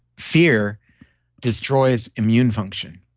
fear destroys immune function,